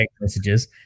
messages